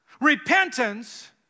Repentance